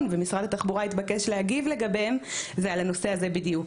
ומשרד התחבורה התבקש להגיב לגביהן היו על הנושא הזה בדיוק,